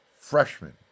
freshman